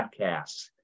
podcasts